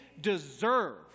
deserve